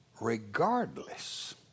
regardless